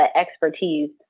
expertise